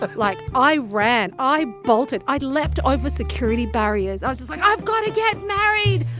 but like, i ran. i bolted. i leapt over security barriers. i was just like, i've got to get married.